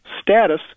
status